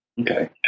Okay